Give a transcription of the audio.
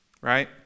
right